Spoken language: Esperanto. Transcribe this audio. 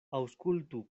aŭskultu